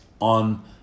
on